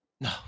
No